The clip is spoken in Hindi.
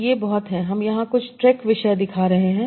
तो ये बहुत हैंहम यहाँ कुछ TREC विषय दिखा रहे हैं